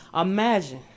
imagine